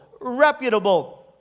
reputable